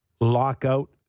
lockout